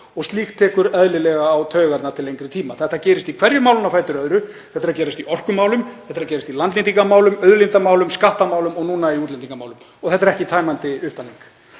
Slíkt tekur eðlilega á taugarnar til lengri tíma. Þetta gerist í hverju málinu á fætur öðru. Þetta er að gerast í orkumálum, þetta er að gerast í landnýtingarmálum, í auðlindamálum, í skattamálum og núna í útlendingamálum. Og þetta er ekki tæmandi upptalning.